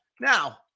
Now